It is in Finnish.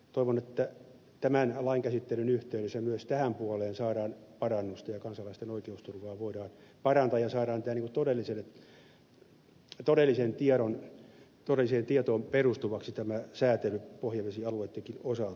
toivon että tämän lain käsittelyn yhteydessä myös tähän puoleen saadaan parannusta ja kansalaisten oikeusturvaa voidaan parantaa ja saadaan tämä todelliseen tietoon perustuvaksi tämä säätely pohjavesialueittenkin osalta